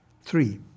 Three